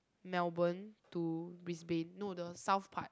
Melbourne to Brisbane no the south part